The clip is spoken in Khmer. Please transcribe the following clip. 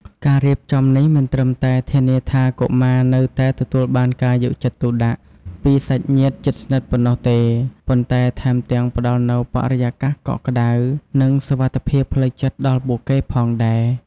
ការរៀបចំនេះមិនត្រឹមតែធានាថាកុមារនៅតែទទួលបានការយកចិត្តទុកដាក់ពីសាច់ញាតិជិតស្និទ្ធប៉ុណ្ណោះទេ ប៉ុន្តែថែមទាំងផ្ដល់នូវបរិយាកាសកក់ក្តៅ និងសុវត្ថិភាពផ្លូវចិត្តដល់ពួកគេផងដែរ។